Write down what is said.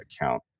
account